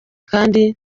kandi